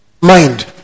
mind